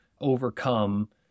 overcome